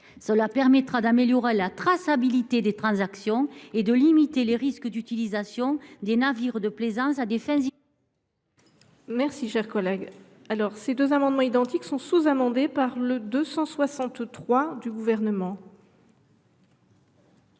Cela améliorera la traçabilité des transactions et limitera les risques d’utilisation des navires de plaisance à des fins illégales.